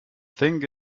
thing